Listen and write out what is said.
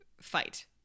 fight